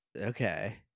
Okay